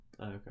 okay